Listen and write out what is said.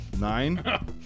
nine